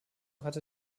hatte